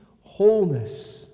wholeness